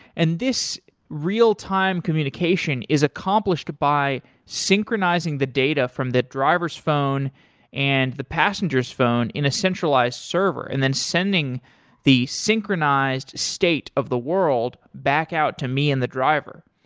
and this real-time communication is accomplished by synchronizing the data from the driver s phone and the passenger s phone in a centralized server and then sending the synchronized state of the world back out to me and the driver.